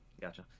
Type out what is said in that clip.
Gotcha